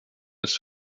das